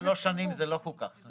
שלוש שנים זה לא כל כך סמוך.